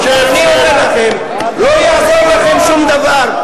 אני אומר לכם, לא יעזור לכם שום דבר.